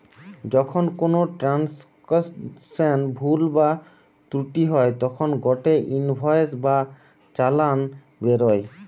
যখন কোনো ট্রান্সাকশনে ভুল বা ত্রুটি হই তখন গটে ইনভয়েস বা চালান বেরোয়